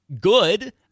good